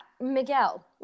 Miguel